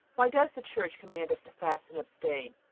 why does the church command us to fast and abstain?